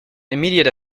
immediate